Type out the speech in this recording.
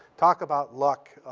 talk about luck.